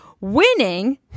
winning